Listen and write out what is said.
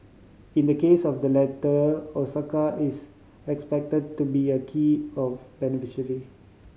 in the case of the latter Osaka is expected to be a key of